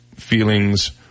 feelings